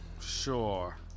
Sure